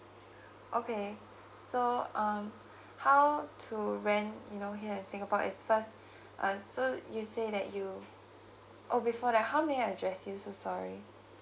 okay so um how to rent you know here at singapore is first uh so you say that you oh before that how may I address you so sorry